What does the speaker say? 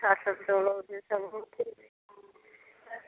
ଶାସନ ଚଳଉଛି ଚଳଉଛି